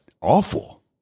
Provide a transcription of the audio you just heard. awful